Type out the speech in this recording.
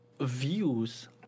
views